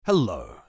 Hello